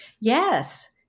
Yes